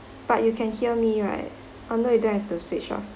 but you can hear me right oh no you don't have to switch off